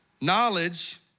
Knowledge